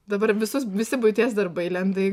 dabar visus visi buities darbai lenda į